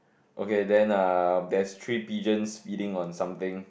okay then err there's three pigeons feeding on something